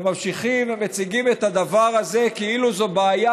וממשיכים ומציגים את הדבר הזה כאילו זו בעיה